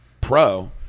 pro